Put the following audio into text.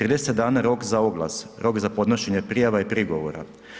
30 dana rok za oglas, rok za podnošenje prijava i prigovora.